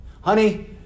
Honey